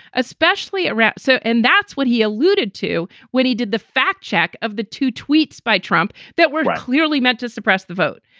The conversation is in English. especially at rapp's. so and that's what he alluded to when he did the fact check of the two tweets by trump that were clearly meant to suppress the vote.